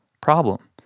problem